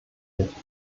nicht